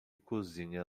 cozinha